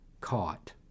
caught